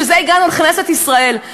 בשביל זה הגענו לכנסת ישראל,